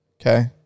Okay